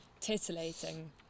titillating